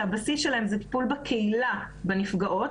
שהבסיס שלהן הוא טיפול בקהילה בנפגעות.